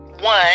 One